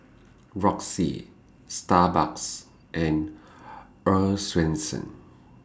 Roxy Starbucks and Earl's Swensens